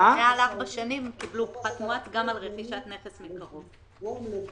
מעל ארבע שנים קיבלו פחת מואץ גם על רכישת נכס מקרוב משפחה.